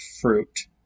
fruit